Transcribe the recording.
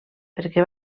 perquè